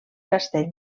castell